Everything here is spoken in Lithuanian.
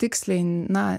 tiksliai na